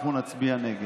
אנחנו נצביע נגד.